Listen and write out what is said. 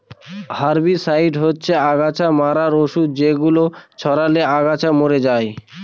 herbicide হচ্ছে অগাছা মারার ঔষধ যেগুলো ছড়ালে আগাছা মরে যায়